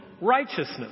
righteousness